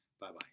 Bye-bye